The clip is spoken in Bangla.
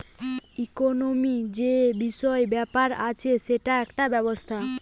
ইকোনোমিক্ যে বিষয় ব্যাপার আছে সেটার একটা ব্যবস্থা